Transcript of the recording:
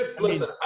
listen